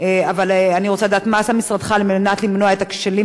אבל אני רוצה לדעת מה עשה משרדך על מנת למנוע את הכשלים